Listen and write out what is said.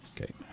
Okay